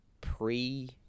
pre-